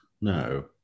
No